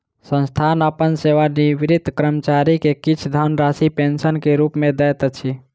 संस्थान अपन सेवानिवृत कर्मचारी के किछ धनराशि पेंशन के रूप में दैत अछि